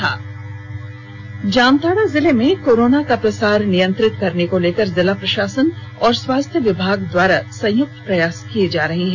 में के लिये जामताड़ा जिले में कोरोना का प्रसार नियंत्रित करने को लेकर जिला प्रशासन और स्वास्थ्य विभाग द्वारा संयुक्त प्रयास किए जा रहे हैं